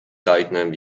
tightened